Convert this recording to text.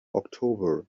october